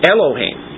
Elohim